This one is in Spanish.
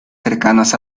cercanas